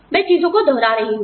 मैं चीजों को दोहरा रही हूं